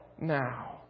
now